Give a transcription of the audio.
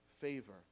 favor